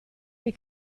nei